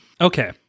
okay